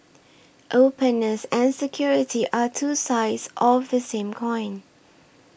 openness and security are two sides of the same coin